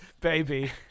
Baby